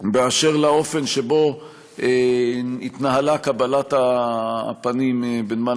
באשר לאופן שבו התנהלה קבלת הפנים בנמל